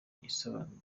yisobanure